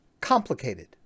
complicated